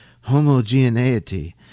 homogeneity